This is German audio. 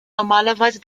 normalerweise